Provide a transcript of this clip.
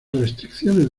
restricciones